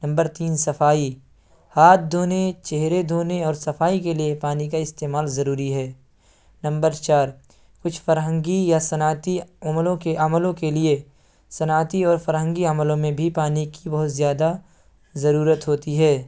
number تین صفائی ہاتھ دھونے چہرے دھونے اور صفائی کے لیے پانی کا استعمال ضروری ہے نمبر چار کچھ فرہنگی یا صنعتی عملوں کے عملوں کے لیے صنعتی اور فرہنگی عملوں میں بھی پانی کی بہت زیادہ ضرورت ہوتی ہے